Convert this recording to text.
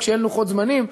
כשאין לוחות זמנים,